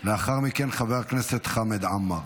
לאחר מכן, חבר הכנסת חמד עמאר.